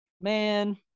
man